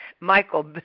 Michael